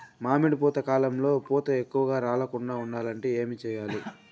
మామిడి పూత కాలంలో పూత ఎక్కువగా రాలకుండా ఉండాలంటే ఏమి చెయ్యాలి?